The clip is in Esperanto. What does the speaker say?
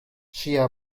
ŝia